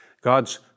God's